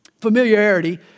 Familiarity